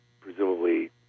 presumably